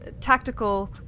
tactical